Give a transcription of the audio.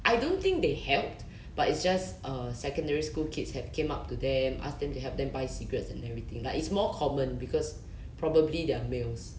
I don't think they helped but it's just uh secondary school kids have came up to them asked them to help them buy cigarettes and everything like it's more common because probably they're males